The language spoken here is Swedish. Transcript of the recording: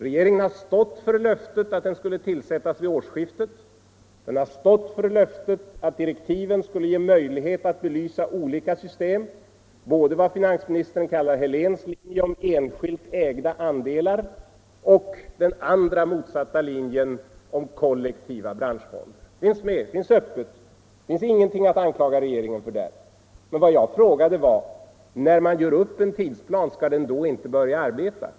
Regeringen har stått för löftet att utredningen skulle tillsättas vid årsskiftet, den har stått för löftet att direktiven skulle ge möjlighet att belysa olika system, både vad finansministern kallar Heléns linje om enskilt ägda andelar och den andra motsatta linjen om kollektiva branschformer. Det finns med, redovisas öppet, det finns inget att anklaga regeringen för där. Men vad jag frågade var: När man gör upp en tidsplan för en utredning, skall denna då inte börja arbeta?